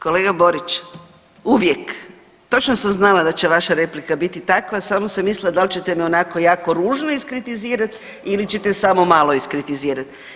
Kolega Borić, uvijek, točno sam znala da će vaša replika biti takva samo sam mislila da li ćete me onako jako ružno iskritizirat ili ćete samo malo iskritizirat.